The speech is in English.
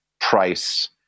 price